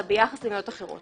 אלא ביחס למדינות אחרות.